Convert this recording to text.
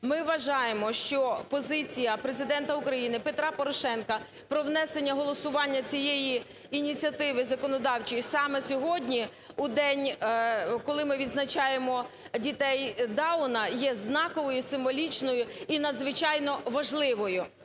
ми вважаємо, що позиція Президента України Петра Порошенка про внесення голосування цієї ініціативи законодавчої саме сьогодні в день, коли ми відзначаємо дітей Дауна є знаковою і символічною, і надзвичайно важливою.